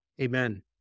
amen